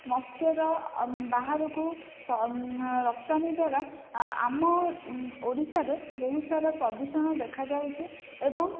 ମତ୍ସ୍ୟର ବାହାରକୁ ରପ୍ତାନି ଦ୍ଵାରା ଆମ ଓଡ଼ିଶାରେ ବହୁତ ସାରା ପ୍ରଦୂଷଣ ଦେଖାଯାଉଛି ଏବଂ